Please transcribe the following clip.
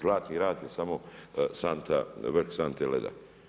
Zlatni rat je samo vrh sante leda.